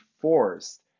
forced